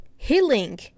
Healing